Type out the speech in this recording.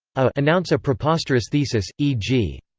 ah announce a preposterous thesis, e g.